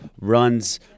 runs